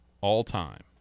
all-time